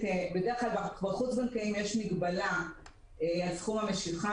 בדרך כלל בחוץ-בנקאיים יש מגבלה על סכום המשיכה,